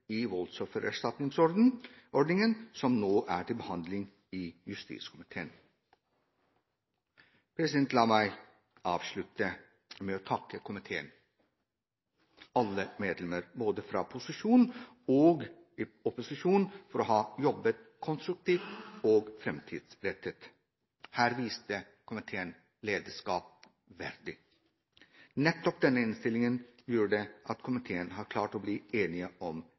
i voldsoffererstatningsordningen som nå er til behandling i justiskomiteen. La meg avslutte med å takke komiteen – alle medlemmer fra både posisjon og opposisjon – for å ha jobbet konstruktivt og framtidsrettet. Her viste komiteen seg sitt lederskap verdig. Nettopp denne innstillingen gjorde at komiteen har klart å bli enig om